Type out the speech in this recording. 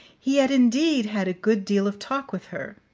he had indeed had a good deal of talk with her,